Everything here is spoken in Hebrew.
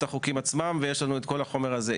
החוקים עצמם ויש לנו את כל החומר הזה,